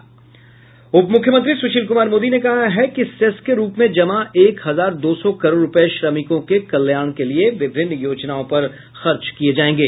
उप मुख्यमंत्री सुशील कुमार मोदी ने कहा है कि सेस के रूप में जमा एक हजार दो सौ करोड़ रुपये श्रमिकों के कल्याण के लिए विभिन्न योजनाओं पर खर्च किये जायेंगे